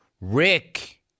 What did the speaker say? Rick